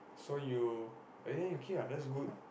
so you eh okay what that's good